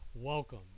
Welcome